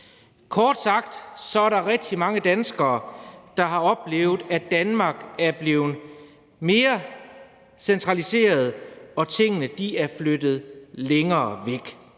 Kort sagt er der rigtig mange danskere, der har oplevet, at Danmark er blevet mere centraliseret og tingene er flyttet længere væk.